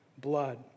blood